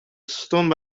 stone